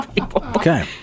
Okay